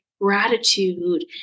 gratitude